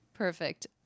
Perfect